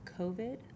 COVID